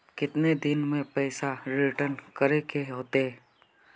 कितने दिन में पैसा रिटर्न करे के होते?